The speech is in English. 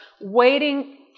waiting